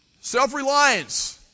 Self-reliance